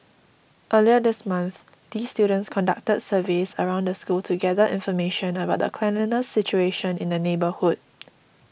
earlier this month these students conducted surveys around the school to gather information about the cleanliness situation in the neighbourhood